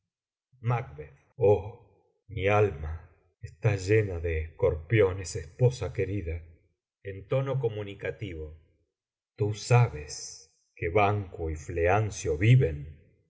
oh mi alma está llena de escorpiones esposa querida en tono comunicativo tú sabes que banquo y fleancio viven